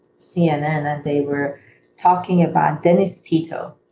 cnn and they were talking about dennis tito.